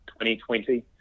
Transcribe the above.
2020